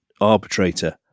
arbitrator